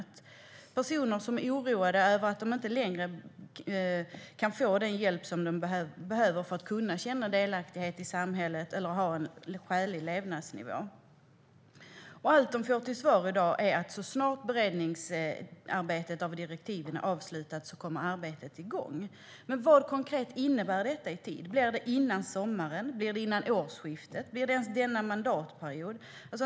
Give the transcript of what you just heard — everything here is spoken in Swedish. Det är personer som är oroade över att de inte längre kan få den hjälp de behöver för att känna delaktighet i samhället eller ha en skälig levnadsnivå. Allt de får till svar i dag är att så snart beredningen av direktiven är avslutat kommer arbetet igång. Vad innebär detta konkret i tid? Bli det före sommaren eller före årsskiftet? Blir det ens denna mandatperiod?